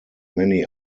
many